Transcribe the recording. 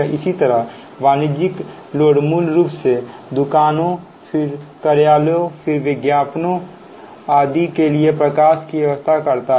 इसी तरह वाणिज्यिक लोड मूल रूप से दुकानों फिर कार्यालयों फिर विज्ञापनों आदि के लिए प्रकाश की व्यवस्था करता है